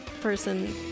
person